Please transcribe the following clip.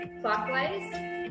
clockwise